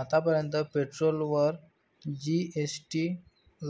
आतापर्यंत पेट्रोलवर जी.एस.टी